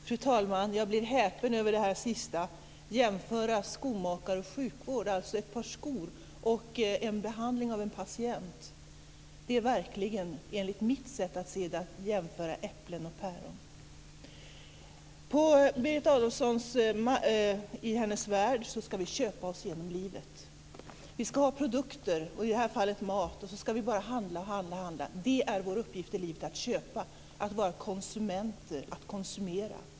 Fru talman! Jag blir häpen över det sista: att jämföra skomakare och sjukvård, dvs. ett par skor med behandling av en patient. Det är verkligen, enligt mitt sätt att se det, att jämföra äpplen och päron. I Berit Adolfssons värld ska vi köpa oss genom livet. Vi ska ha produkter, i det här fallet mat, och så ska vi bara handla och handla. Det är vår uppgift i livet: att köpa, att vara konsumenter, att konsumera.